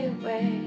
away